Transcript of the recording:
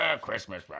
Christmas